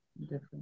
different